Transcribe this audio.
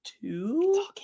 two